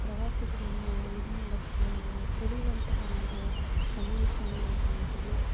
ಪ್ರವಾಸಿಗರನ್ನು ಇದು ಮಾಡೋದು ಸೆಳಿವಂತಹ ಒಂದು ಸನ್ನಿವೇಶವನ್ನು ನಾವು ಕಾಣ್ತೀವಿ